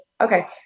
Okay